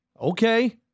okay